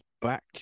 back